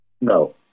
No